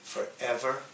Forever